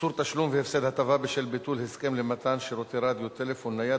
(איסור תשלום והפסד הטבה בשל ביטול הסכם למתן שירותי רדיו טלפון נייד),